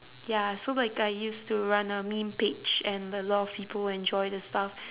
ya so like I used to run a meme page and a lot of people enjoy the stuff